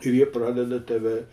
ir jie pradeda tave